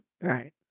Right